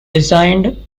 designed